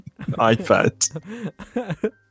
iPad